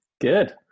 Good